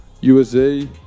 USA